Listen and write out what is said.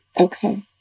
Okay